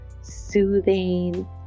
soothing